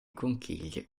conchiglie